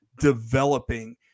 developing